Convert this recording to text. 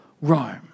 rome